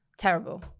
Terrible